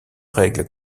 règles